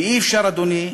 ואי-אפשר, אדוני,